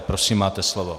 Prosím, máte slovo.